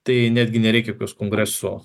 tai netgi nereikia jokios kongreso